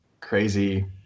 crazy